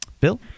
Bill